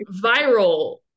viral